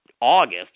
August